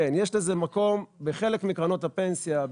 בחלק מקרנות הפנסיה,